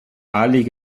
ahalik